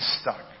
stuck